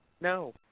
No